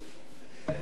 הרוסית).